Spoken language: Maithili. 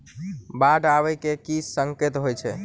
बाढ़ आबै केँ की संकेत होइ छै?